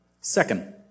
Second